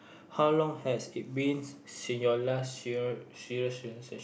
how long has it beens since your last year serious rela~